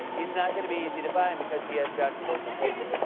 he's not going to be easy to find because he has john travolta's face.